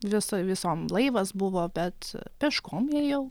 viso visom laivas buvo bet peškom ėjau